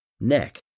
neck